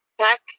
pack